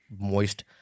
moist